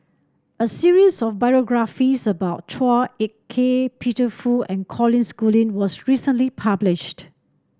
a series of biographies about Chua Ek Kay Peter Fu and Colin Schooling was recently published